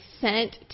sent